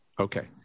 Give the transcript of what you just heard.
okay